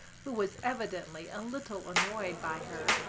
who was evidently a little annoyed by her,